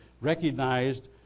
recognized